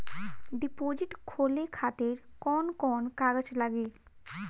Deposit खोले खातिर कौन कौन कागज लागी?